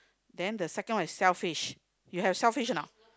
then the second is shellfish you have shellfish or not